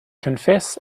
confess